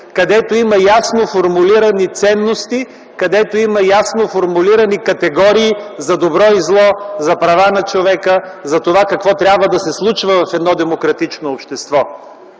където има ясно формулирани ценности, ясно формулирани категории за добро и зло, за права на човека, за това какво трябва да се случва в едно демократично общество.